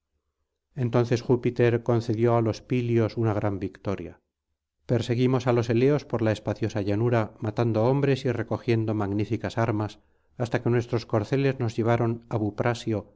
entonces júpiter concedió á los pilios una gran victoria perseguimos á los eleos por la espaciosa llanura matando hombres y recogiendo magníficas armas hasta que nuestros corceles nos llevaron á